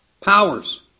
powers